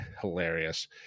hilarious